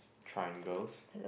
triangles